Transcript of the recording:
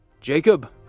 Jacob